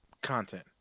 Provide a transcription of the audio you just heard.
content